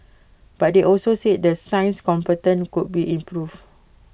but they also said the science component could be improve